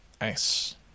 Nice